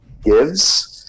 gives